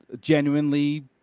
genuinely